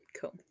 cool